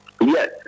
Yes